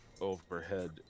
overhead